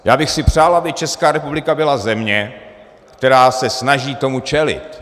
Přál bych si, aby Česká republika byla země, která se snaží tomu čelit.